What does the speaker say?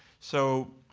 so